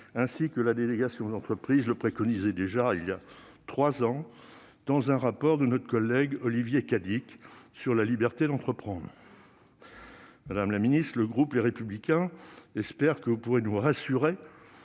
notre délégation aux entreprises le préconisait déjà, il y a trois ans, dans un rapport de notre collègue Olivier Cadic sur la liberté d'entreprendre ? Madame la ministre, le groupe Les Républicains espère que vous pourrez, bien